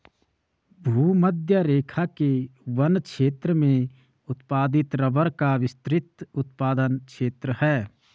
भूमध्यरेखा के वन क्षेत्र में उत्पादित रबर का विस्तृत उत्पादन क्षेत्र है